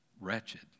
wretched